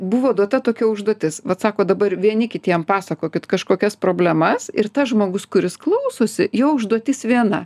buvo duota tokia užduotis vat sako dabar vieni kitiem pasakokit kažkokias problemas ir tas žmogus kuris klausosi jo užduotis viena